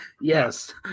Yes